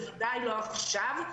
בוודאי לא עכשיו,